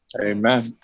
Amen